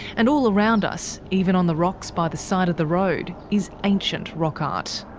and all around us, even on the rocks by the side of the road, is ancient rock art.